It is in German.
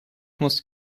muss